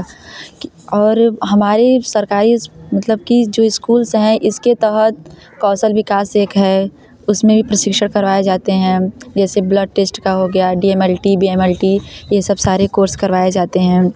और हमारी सरकारी मतलब की जो स्कूल्स हैं इसके तहत कौशल विकास एक है उसमें भी प्रशिक्षण करवाए जाते हैं जैसे ब्लड टेस्ट का हो गया D M L T B M L T यह सब सारे कोर्स करवाए जाते हैं